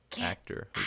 actor